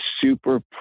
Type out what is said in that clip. super